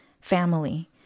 family